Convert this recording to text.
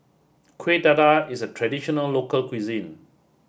Kueh Dadar is a traditional local cuisine